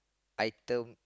item